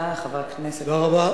בבקשה, חבר הכנסת הורוביץ.